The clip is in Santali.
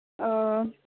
ᱚᱻ